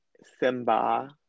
Simba